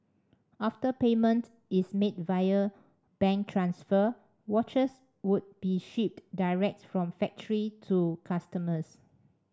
after payment is made via bank transfer watches would be shipped direct from the factory to customers